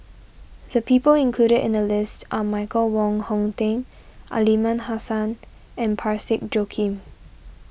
the people included in the list are Michael Wong Hong Teng Aliman Hassan and Parsick Joaquim